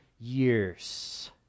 years